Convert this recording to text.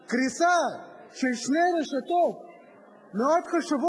קריסה של שתי רשתות מאוד חשובות,